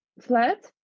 flat